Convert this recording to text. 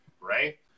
right